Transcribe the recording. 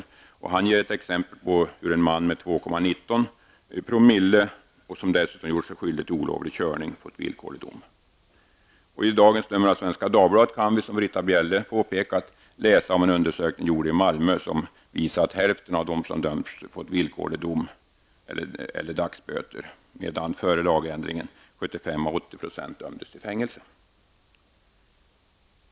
Anders Stendahl ger ett exempel på hur en man med 2,19 " alkoholhalt i blodet, och som dessutom gjort sig skyldig till olovlig körning, fått villkorlig dom. I dagens nummer av Svenska Dagbladet kan vi, som Britta Bjelle påpekat, läsa om en undersökning gjord i Malmö utvisande att hälften av dem som dömts fått villkorlig dom eller dagsböter efter lagändringen. Före den 1 juli dömdes 75--80 % till fängelse.